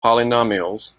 polynomials